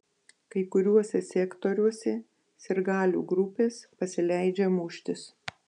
kai kuriuose sektoriuose sirgalių grupės pasileidžia muštis